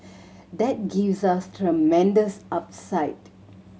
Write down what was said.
that gives us tremendous upside